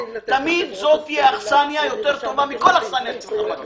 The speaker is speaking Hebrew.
תמיד זאת תהיה אכסניה מכל אכסניה אחרת של חברי כנסת,